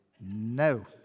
No